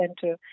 Center